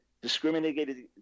discriminated